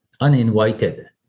uninvited